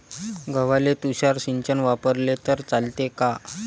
गव्हाले तुषार सिंचन वापरले तर चालते का?